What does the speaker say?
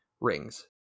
rings